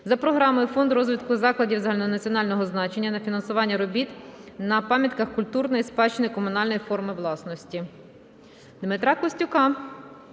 за програмою "Фонд розвитку закладів загальнодержавного значення", на фінансування робіт на пам'ятках культурної спадщини комунальної форми власності. Дмитра Костюка